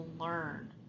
learn